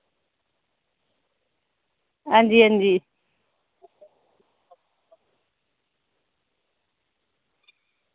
हांजी हांजी